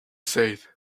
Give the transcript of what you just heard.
said